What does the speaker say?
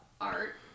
art